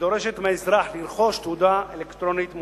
ודורשת מהאזרח לרכוש תעודה אלקטרונית מאושרת.